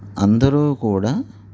అందరూ కూడా